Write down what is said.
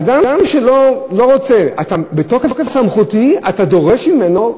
אדם שלא רוצה, "בתוקף סמכותי" אתה דורש ממנו?